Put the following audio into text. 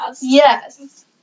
Yes